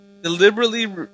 deliberately